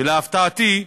ולהפתעתי,